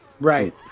Right